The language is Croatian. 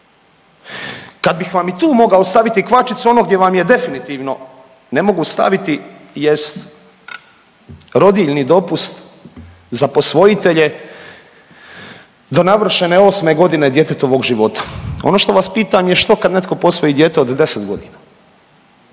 Kad bih vam i tu mogao staviti kvačicu onog gdje vam je definitivno ne mogu staviti jest rodiljni dopust za posvojitelje do navršene osme godine djetetovog života. Ono što vas pitam je što kad netko posvoji dijete od 10.g.,